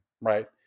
Right